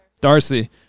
Darcy